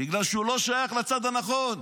בגלל שהוא לא שייך לצד הנכון.